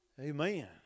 Amen